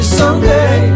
someday